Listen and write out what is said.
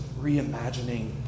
reimagining